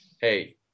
hey